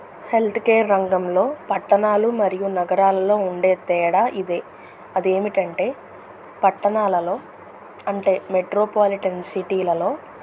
healthcare రంగంలో పట్టణాలు మరియు నగరాలలో ఉండే తేడా ఇదే అదేమిటంటే పట్టణాలలో అంటే మెట్రోపాలిటన్ సిటీలలో